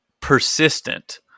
persistent